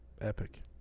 Epic